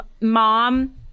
mom